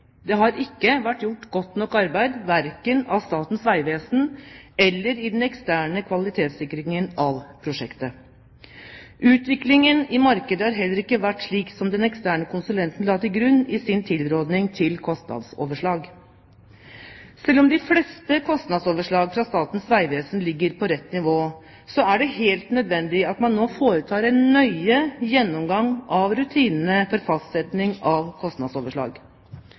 Det har ikke vært gjort godt nok arbeid verken av Statens vegvesen eller i den eksterne kvalitetssikringen av prosjektet. Utviklingen i markedet har heller ikke vært slik som den eksterne konsulenten la til grunn i sin tilrådning til kostnadsoverslag. Selv om de fleste kostnadsoverslag fra Statens vegvesen ligger på rett nivå, er det helt nødvendig at man nå foretar en nøye gjennomgang av rutinene for fastsetting av kostnadsoverslag.